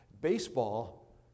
Baseball